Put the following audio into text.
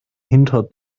hinter